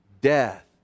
death